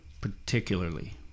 particularly